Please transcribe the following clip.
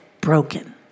broken